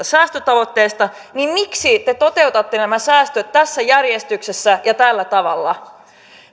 säästötavoitteesta niin miksi te toteutatte nämä säästöt tässä järjestyksessä ja tällä tavalla